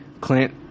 Clint